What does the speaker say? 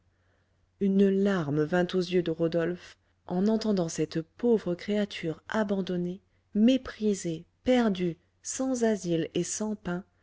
une larme vint aux yeux de rodolphe en entendant cette pauvre créature abandonnée méprisée perdue sans asile et sans pain